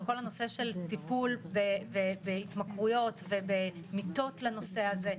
כל הנושא של טיפול בהתמכרויות ובמיטות לנושא הזה,